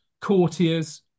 courtiers